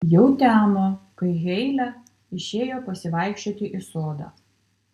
jau temo kai heile išėjo pasivaikščioti į sodą